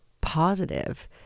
positive